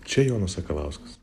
čia jonas sakalauskas